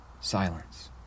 Silence